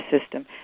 system